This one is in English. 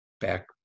back